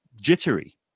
jittery